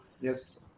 Yes